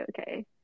okay